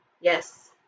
Yes